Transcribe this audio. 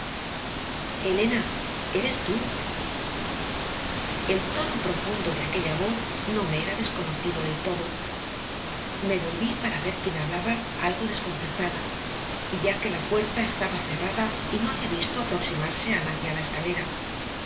elena eres tú el tono profundo de aquella voz no me era desconocido del todo me volví para ver quién hablaba algo desconcertada ya que la puerta estaba cerrada y no había visto aproximarse a nadie a la escalera